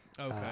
Okay